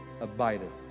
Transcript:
abideth